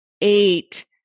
eight